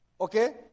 Okay